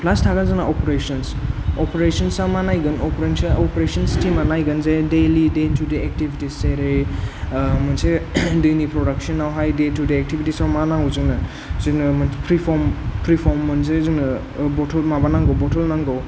प्लास थागोन जोंना अपारेसन्स अपरेसन्सा मा नायगोन अपरेसन्स टिमा नायगोन जे दैलि दे थु दे एक्टिभिटिस जेरै मोनसे दैनि प्रदाक्सना आवहाय दे थु दे एक्टिभिटसाव मा नांगौ जोंनो जोंनो मोनसे फ्रि फर्म मोनसे जोंनो बथल माबा नांगौ बथल नांगो